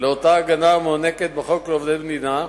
לאותה הגנה המוענקת בחוק לעובדי מדינה".